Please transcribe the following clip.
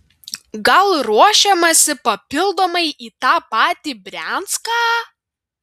gal ruošiamasi papildomai į tą patį brianską